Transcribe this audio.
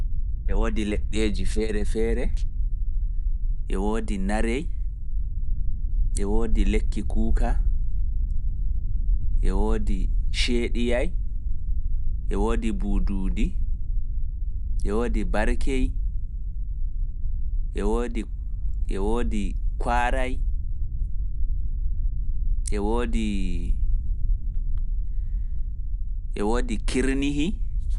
E woodi leɗɗeeji fere fere bana narehi, shediyay, bududi, barkei, kwarai,e kirnihi